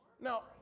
Now